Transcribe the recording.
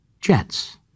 Jets